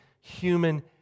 human